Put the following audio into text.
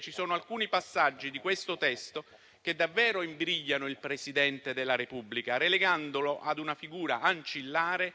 Ci sono alcuni passaggi di questo testo che davvero imbrigliano il Presidente della Repubblica, relegandolo a una figura ancillare